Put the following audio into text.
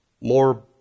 more